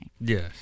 Yes